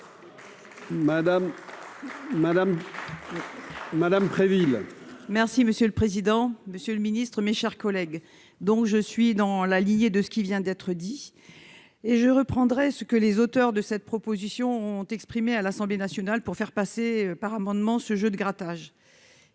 madame Préville. Merci monsieur le président, Monsieur le Ministre, mes chers collègues, donc je suis dans la lignée de ce qui vient d'être dit et je reprendrais ce que les auteurs de cette proposition ont exprimé à l'Assemblée nationale pour faire passer par amendement, ce jeu de grattage,